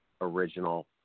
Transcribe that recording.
original